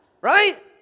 Right